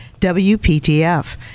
WPTF